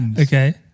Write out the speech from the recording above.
okay